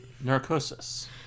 Narcosis